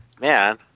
man